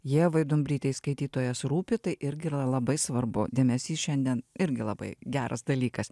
ievai dumbrytei skaitytojas rūpi tai irgi yra labai svarbu dėmesys šiandien irgi labai geras dalykas